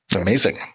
Amazing